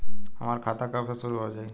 हमार खाता कब से शूरू हो जाई?